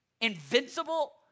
invincible